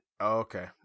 Okay